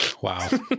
wow